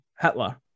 Hitler